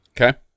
Okay